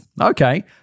okay